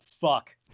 fuck